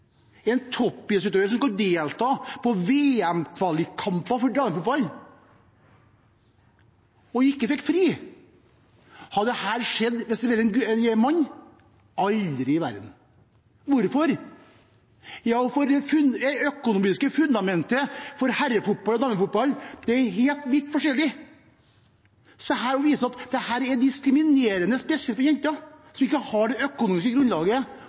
gjennomføring – som skulle delta på VM-kvalikkamper for damefotball, men ikke fikk fri. Hadde dette skjedd hvis det hadde vært en mann? Aldri i verden. Hvorfor? Fordi det økonomiske fundamentet for herrefotball og damefotball er helt vidt forskjellig. Dette viser at dette er diskriminerende, spesielt for jenter som ikke har det økonomiske grunnlaget